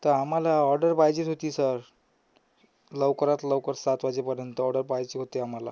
तर आम्हाला ऑड्डर पाहिजेच होती सर लवकरात लवकर सात वाजेपर्यंत ऑडर पाहिजे होती आम्हाला